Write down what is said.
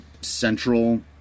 central